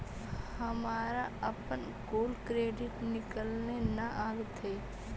हमारा अपन कुल क्रेडिट निकले न अवित हई